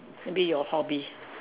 maybe your hobby